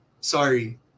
sorry